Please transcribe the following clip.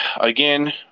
Again